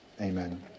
Amen